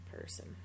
person